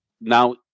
now